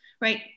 right